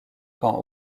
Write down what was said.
quand